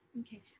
Okay